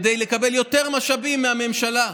כדי לקבל יותר משאבים מהממשלה,